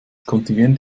kontingent